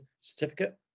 certificate